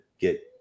get